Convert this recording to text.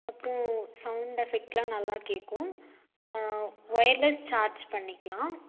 அப்றம் சவுண்ட் எஃபெக்ட்லாம் நல்லா கேட்கும் ஒயர்லஸ் சார்ஜ் பண்ணிக்கலாம்